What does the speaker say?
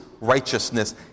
righteousness